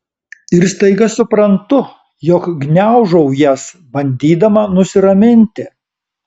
ir staiga suprantu jog gniaužau jas bandydama nusiraminti